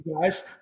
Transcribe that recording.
guys